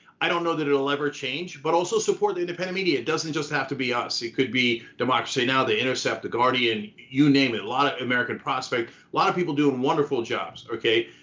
i don't know that it'll ever change. but also support the independent media doesn't just have to be ah see. it could be democracy now, the intercept, the guardian, you name it lot of american prospect, a lot of people doing wonderful jobs, okay?